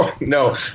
No